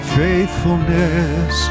faithfulness